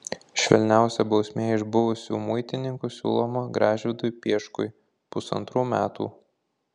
švelniausia bausmė iš buvusių muitininkų siūloma gražvydui pieškui pusantrų metų